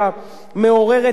למה מתגעגעים?